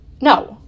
No